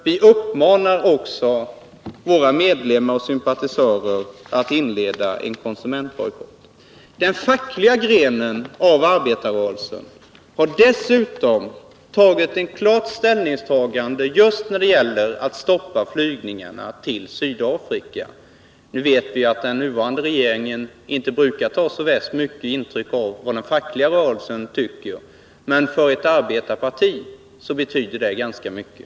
Vi uppmanar också våra medlemmar och sympatisörer att inleda en konsumentbojkott. Den fackliga grenen av arbetarrörelsen har dessutom tagit ett klart ställningstagande just när det gäller att stoppa flygningarna till Sydafrika. Nu vet vi att den nuvarande regeringen inte brukar ta så värst mycket intryck av vad den fackliga rörelsen tycker, men för ett arbetarparti betyder det ganska mycket.